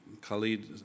Khalid